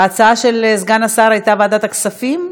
ההצעה של סגן השר הייתה ועדת הכספים?